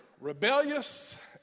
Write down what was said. rebellious